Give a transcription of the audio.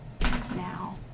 now